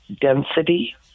density